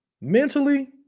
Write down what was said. Mentally